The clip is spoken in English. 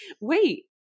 Wait